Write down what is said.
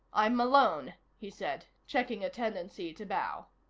i'm malone, he said, checking a tendency to bow.